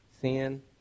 sin